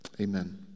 Amen